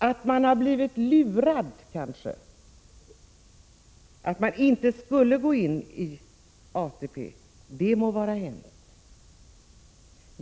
Att man har blivit lurad att inte gå in i ATP, det må vara hänt.